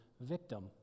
victim